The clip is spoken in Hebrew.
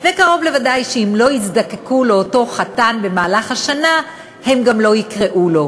וקרוב לוודאי שאם לא יזדקקו לאותו חתן במהלך השנה הם גם לא יקראו לו.